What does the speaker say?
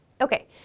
Okay